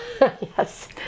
yes